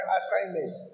assignment